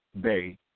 Bay